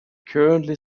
currently